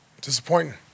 Disappointing